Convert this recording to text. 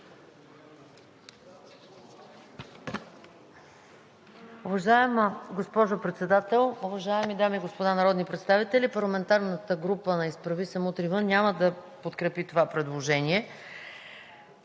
Уважаема госпожо Председател, уважаеми дами и господа народни представители! Парламентарната група на „Изправи се! Мутри вън!“ няма да подкрепи това предложение.